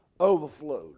overflowed